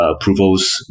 approvals